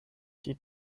die